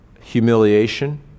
humiliation